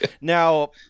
Now –